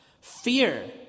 Fear